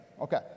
Okay